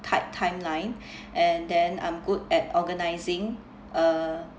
tight time line and then I'm good at organising uh